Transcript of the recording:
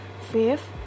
Fifth